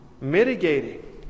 Mitigating